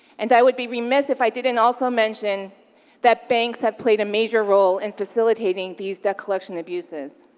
and i would be remiss if i didn't also mention that banks have played a major role in facilitating these debt collection abuses.